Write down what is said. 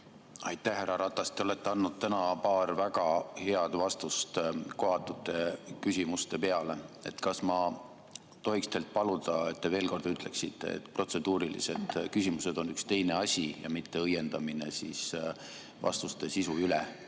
Aitäh, härra Ratas! Te olete andnud täna paar väga head vastust kohatute küsimuste peale. Kas ma tohin teilt paluda, et te veel kord ütleksite, et protseduurilised küsimused on üks teine asi ja mitte õiendamine vastuste sisu üle,